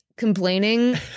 complaining